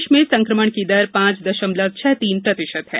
देश में संक्रमण की दर पांच दशमलव छह तीन प्रतिशत है